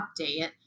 update